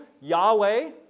Yahweh